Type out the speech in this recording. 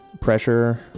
pressure